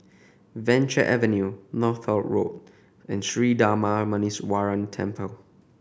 Venture Avenue Northolt Road and Sri Darma Muneeswaran Temple